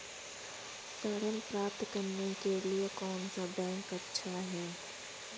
ऋण प्राप्त करने के लिए कौन सा बैंक अच्छा है?